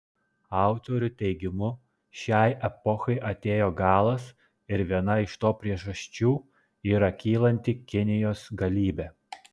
autorių teigimu šiai epochai atėjo galas ir viena iš to priežasčių yra kylanti kinijos galybė